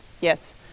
Yes